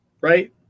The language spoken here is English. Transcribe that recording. Right